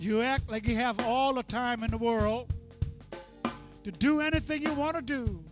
you act like you have all the time in the world to do anything you want to do